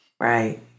Right